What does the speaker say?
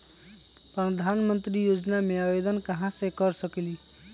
प्रधानमंत्री योजना में आवेदन कहा से कर सकेली?